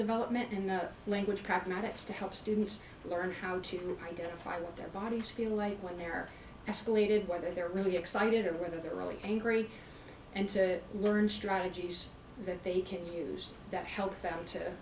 development in the language trap nights to help students learn how to identify what their bodies feel like when they're isolated whether they're really excited or whether they're really angry and to learn strategies that they can use that help them to